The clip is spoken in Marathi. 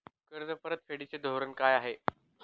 कर्ज परतफेडीचे धोरण काय आहे?